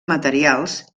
materials